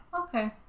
Okay